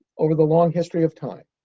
over the long history of time,